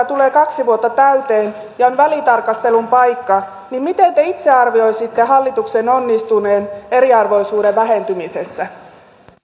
tulee kaksi vuotta täyteen ja on välitarkastelun paikka miten te itse arvioisitte hallituksen onnistuneen eriarvoisuuden vähentymisessä